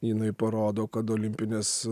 jinai parodo kad olimpinės